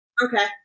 Okay